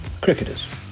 Cricketers